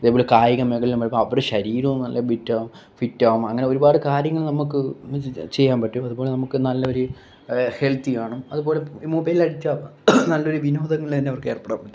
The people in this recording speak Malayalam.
അതേപോലെ കായിക മേഖലയിൽ നമ്മൾ ഇപ്പോൾ അവരുടെ ശരീരവും നല്ല ഫിറ്റാകും ഫിറ്റാകും അങ്ങനെ ഒരുപാട് കാര്യങ്ങള് നമുക്ക് ചെയ്യാന് പറ്റും അതുപോലെ നമുക്ക് നല്ലൊരു ഹെല്ത്തിയാവണം അതുപോലെ ഈ മൊബൈല് അക്ടീവ് ആവുക നല്ലൊരു വിനോദങ്ങളിൽ തന്നെ അവര്ക്ക് ഏര്പ്പെടാം